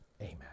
Amen